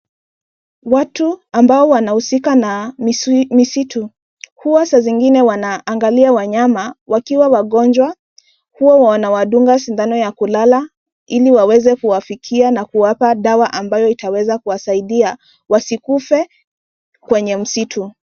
Watu ambao wanahusika na misitu, huwa saa zingine wanaangalia wanyama wakiwa wagonjwa. Huwa wanawadunga sindano ya kulala ili waweze kuwafikia na kuwapa dawa ambayo itaweza kuwasaidia wasikufe kwenye msitu.